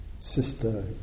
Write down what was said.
Sister